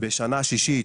בשנה שישית,